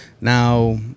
Now